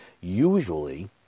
usually